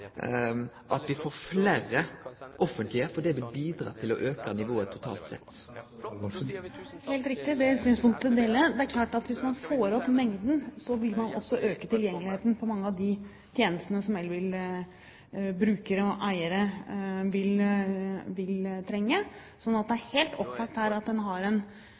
at me får fleire offentlege elbilar, fordi det vil bidra til å auke talet totalt sett. Ja, det er helt riktig. Det synspunktet deler jeg. Det er klart at hvis man får opp antallet, så vil man også øke tilgjengeligheten til mange av de tjenestene som elbilbrukere og elbileiere vil trenge. Det er helt opplagt at det har en